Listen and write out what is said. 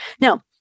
Now